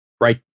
right